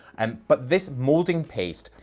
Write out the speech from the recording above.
and but this moulding paste,